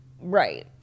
Right